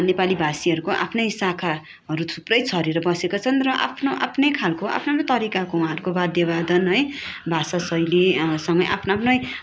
नेपाली भाषीहरूको आफ्नै शाखाहरू थुप्रै छरिएर बसेका छन् र आफ्नो आफ्नै खालको आफ्नै आफ्नै तरिकाको उहाँहरूको वाद्य वादन है भाषा शैलीसँगै आफ्नै आफ्नै